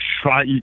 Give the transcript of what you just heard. try